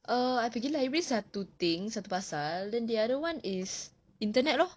err I pergi library satu thing satu pasal then the other one is internet lor